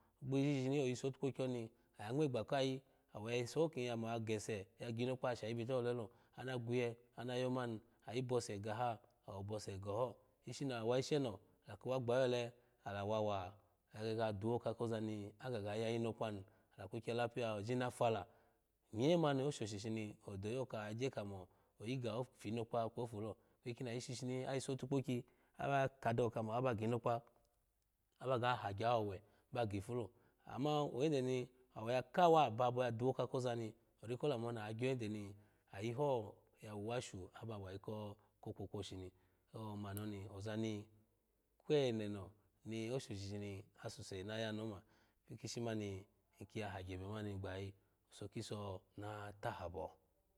Gbishi shinshini oyso otukpokyi oni oya ngme gba kyapi awo ya yiso kin yamo oya gese ya ginkpa ya shayi bita olelo ana gwiye ana ya mani ayo bose gaha awo base goho ishi na wa isheno ala ki wa gbayi ole ala wawa agege ya duwoka kozani agaga ya inokpa ni ala ku kye lapiya oji kamo oyi ga ofinokpa ni ala ku kye lapiya oji ga o finokpa kwofu lo ikweyi kini ayi shishini ayiso otukpokiyi aba kawo kamo aba ginokpa abaga hagye owe ba gihi lo ama oyende ni awo ya kawa ababo ya duwoka koani ori ko lamu oni agyo yende ni ayuiho awuwa shu aba wayi ko ko kwokwo shini asuse naya ni oma ifu kishi mani ng ki ya hage ebe mani gbayayi owuso kiso na tahabo.